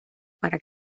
para